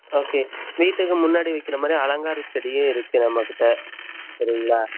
okay வீட்டுக்கு முன்னாடி வைக்கிற மாதிரி அலங்காரச் செடியும் இருக்குது நம்மக்கிட்டே சரிங்களா